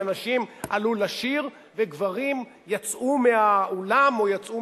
שנשים עלו לשיר וגברים יצאו מהאולם או יצאו